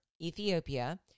Ethiopia